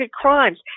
crimes